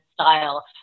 style